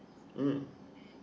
mm